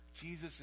Jesus